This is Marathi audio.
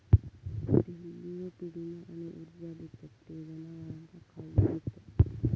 तेलबियो पिढीने आणि ऊर्जा देतत ते जनावरांका खाउक देतत